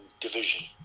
division